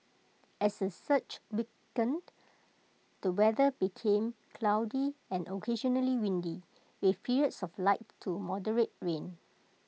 as the surge weakened the weather became cloudy and occasionally windy with periods of light to moderate rain